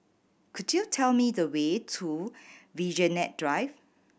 could you tell me the way to Vigilante Drive